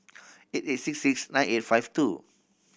eight eight six six nine eight five two